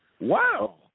Wow